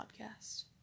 podcast